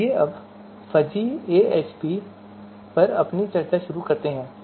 आइए अब fuzzy AHP पर अपनी चर्चा शुरू करते हैं